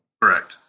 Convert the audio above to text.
Correct